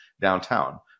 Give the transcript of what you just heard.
downtown